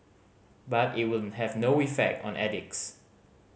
but it will have no effect on addicts